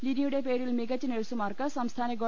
ലിനിയുടെ പേരിൽ മികച്ച നഴ്സുമാർക്ക് സംസ്ഥാന ഗവ